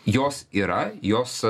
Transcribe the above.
jos yra jos